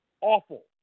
awful